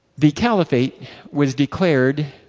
the caliphate was declared